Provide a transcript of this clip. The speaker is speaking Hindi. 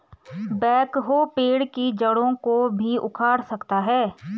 बैकहो पेड़ की जड़ों को भी उखाड़ सकता है